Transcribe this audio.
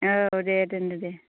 औ दे दोनदो दे